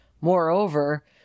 Moreover